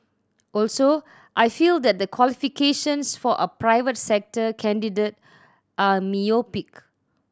also I feel that the qualifications for a private sector candidate are myopic